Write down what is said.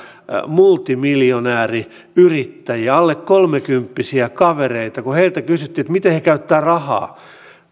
multimiljonääriyrittäjiä alle kolmekymppisiä kavereita kun heiltä kysyttiin miten he käyttävät rahaa